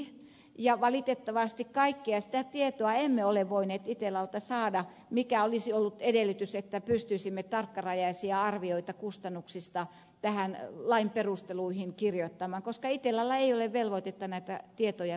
itella on oyj ja valitettavasti kaikkea sitä tietoa emme ole voineet itellalta saada mikä olisi ollut edellytys että pystyisimme tarkkarajaisia arvioita kustannuksista lain perusteluihin kirjoittamaan koska itellalla ei ole velvoitetta näitä tietoja meille antaa